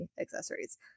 accessories